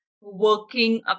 working